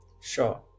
Sure